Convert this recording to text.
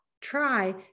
try